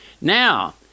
now